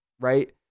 Right